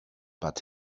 but